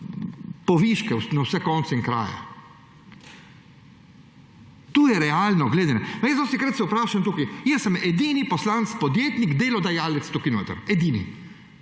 poviške na vse konce in kraje? To je realno gledano. Jaz se večkrat vprašam, jaz sem edini poslanec – podjetnik, delodajalec tukaj notri, edini.